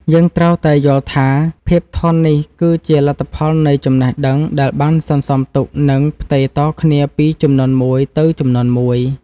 យើងត្រូវតែយល់ថាភាពធន់នេះគឺជាលទ្ធផលនៃចំណេះដឹងដែលបានសន្សំទុក និង ផ្ទេរតគ្នាពីជំនាន់មួយទៅជំនាន់មួយ។